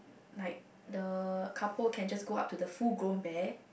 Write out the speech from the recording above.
like the couple can just go up to the full groom bear